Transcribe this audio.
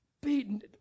Beaten